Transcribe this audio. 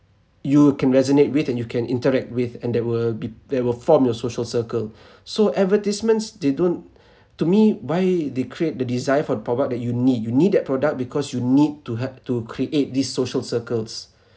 you can resonate with and you can interact with and that will be they will form your social circle so advertisements they don't to me why they create the desire for the product that you need you need that product because you need to ha~ to create these social circles